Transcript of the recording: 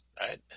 right